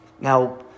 Now